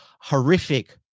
horrific